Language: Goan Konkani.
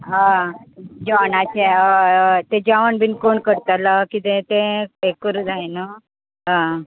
हां जेवणाचें अय अय तें जेवण बी कोण करतोलो कितें तें हें करूंक जाय नू आ